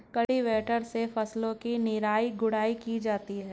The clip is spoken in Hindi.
कल्टीवेटर से फसलों की निराई गुड़ाई की जाती है